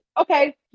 Okay